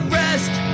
rest